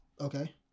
okay